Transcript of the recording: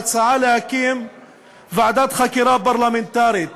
ההצעה להקים ועדת חקירה פרלמנטרית